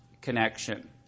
connection